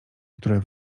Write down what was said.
które